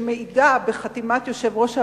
שמעידה, בחתימת יושב-ראש הרשות,